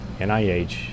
NIH